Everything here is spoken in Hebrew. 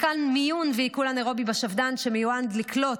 מתקן מיון ועיכול אנאירובי בשפד"ן מיועד לקלוט